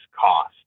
cost